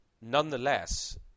Nonetheless